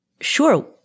Sure